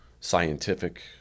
scientific